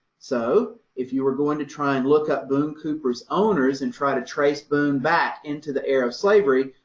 so if you were going to try and look up boone cooper's owners and try to trace boone back into the era of slavery,